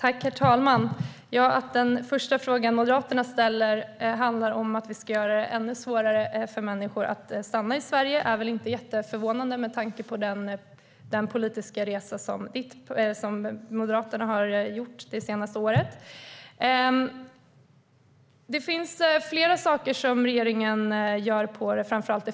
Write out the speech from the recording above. Herr talman! Att den första frågan Moderaterna ställer handlar om att göra det ännu svårare för människor att stanna i Sverige är inte jätteförvånande med tanke på den politiska resa som Moderaterna har gjort det senaste året. Det finns flera saker som regeringen gör.